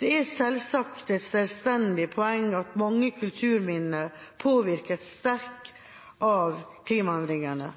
Det er selvsagt et selvstendig poeng at mange kulturminner påvirkes sterkt av klimaendringene,